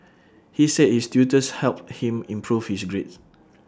he said his tutors helped him improve his grades